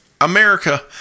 America